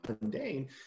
mundane